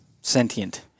sentient